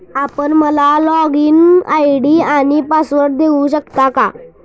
आपण मला login ID आणि पासवर्ड देऊ शकता का?